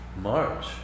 March